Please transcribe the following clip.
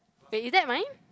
wait is that mine